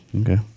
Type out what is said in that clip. okay